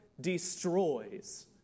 destroys